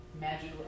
magical